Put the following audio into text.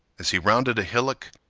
as he rounded a hillock,